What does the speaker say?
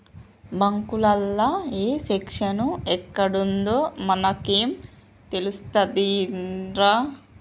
బాంకులల్ల ఏ సెక్షను ఎక్కడుందో మనకేం తెలుస్తదిరా